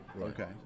Okay